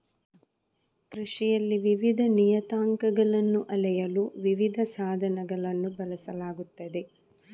ಕೃಷಿಯಲ್ಲಿ ವಿವಿಧ ನಿಯತಾಂಕಗಳನ್ನು ಅಳೆಯಲು ವಿವಿಧ ಸಾಧನಗಳನ್ನು ಬಳಸಲಾಗುತ್ತದೆ